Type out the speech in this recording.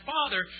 Father